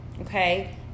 okay